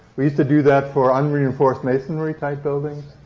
we used to do that for unreinforced masonry-type buildings.